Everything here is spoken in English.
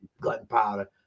gunpowder